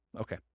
Okay